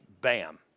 bam